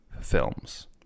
films